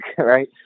right